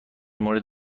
مورد